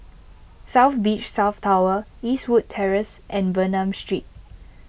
South Beach South Tower Eastwood Terrace and Bernam Street